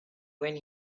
when